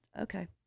Okay